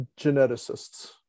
geneticists